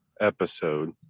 episode